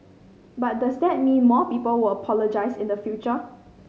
but does that mean more people will apologise in the future